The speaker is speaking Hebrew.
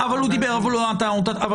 הוא דיבר, אבל הוא לא נתן לנו את הנתונים.